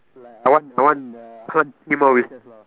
like I want I want uh I want three more wishes lah